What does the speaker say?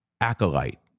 Acolyte